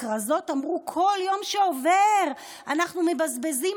הכרזות אמרו: בכל יום שעובר אנחנו מבזבזים,